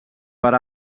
per